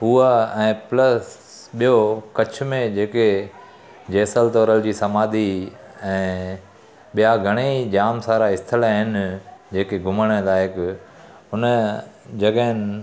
उहा ऐं प्लस ॿियों कच्छ में जेके जेसल तौरल जी समाधि ऐं ॿिया घणेई जाम सारा स्थल आहिनि जेके घुमणु लाइक़ु हुन जॻहियुनि